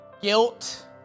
guilt